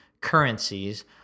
currencies